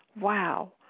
wow